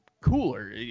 cooler